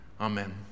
Amen